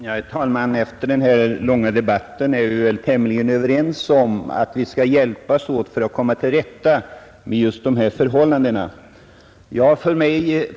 Herr talman! Efter den här långa debatten är vi väl tämligen överens om att vi skall hjälpas åt för att komma till rätta med just de här förhållandena.